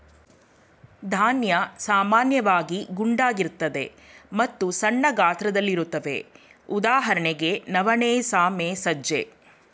ಧಾನ್ಯ ಸಾಮಾನ್ಯವಾಗಿ ಗುಂಡಗಿರ್ತದೆ ಮತ್ತು ಸಣ್ಣ ಗಾತ್ರದಲ್ಲಿರುತ್ವೆ ಉದಾಹರಣೆಗೆ ನವಣೆ ಸಾಮೆ ಸಜ್ಜೆ